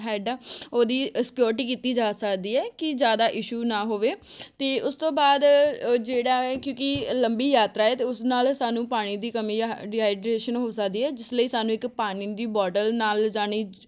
head ਆ ਉਹਦੀ security ਕੀਤੀ ਜਾ ਸਕਦੀ ਹੈ ਕਿ ਜ਼ਿਆਦਾ ਇਸ਼ੂ ਹੋਵੇ ਅਤੇ ਉਸ ਤੋਂ ਬਾਅਦ ਜਿਹੜਾ ਕਿਉਂਕਿ ਲੰਬੀ ਯਾਤਰਾ ਏ ਅਤੇ ਉਸ ਨਾਲ ਸਾਨੂੰ ਪਾਣੀ ਦੀ ਕਮੀ ਜਾਂ ਡੀਹਾਈਡਰੇਸ਼ਨ ਹੋ ਸਕਦੀ ਹੈ ਜਿਸ ਲਈ ਸਾਨੂੰ ਇੱਕ ਪਾਣੀ ਦੀ ਬੋਟਲ ਨਾਲ ਲਿਜਾਣੀ